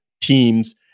teams